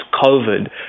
COVID